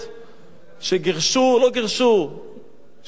שילמו 1,000 יורו לאיש בשני מטוסים.